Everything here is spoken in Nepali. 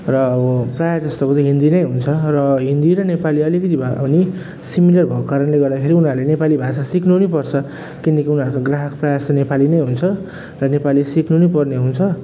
र अब प्राय जस्तोको चाहिँ हिन्दी नै हुन्छ र हिन्दी र नेपाली अलिकति भए पनि सिमिलर भएको कारणले गर्दाखेरि उनीहरूले नेपाली भाषा सिक्नु नि पर्छ किनकि उनीहरूको ग्राहक प्राय जस्तो नेपाली नै हुन्छ र नेपाली सिक्नु नि पर्ने हुन्छ